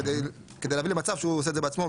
כדי להגיע למצב שהוא עושה את זה בעצמו,